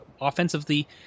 offensively